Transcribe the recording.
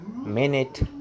minute